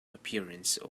appearance